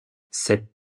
cette